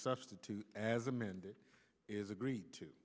substitute as amended is agreed to